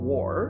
War